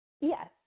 Yes